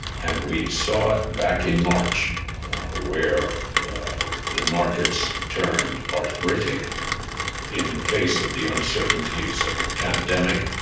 and we saw back in march where the markets turned arthritic in the face of the uncertainties of the pandemic.